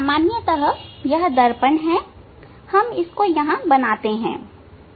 सामान्यतः यह दर्पण है हम इसको यहां बनाते हैं ठीक है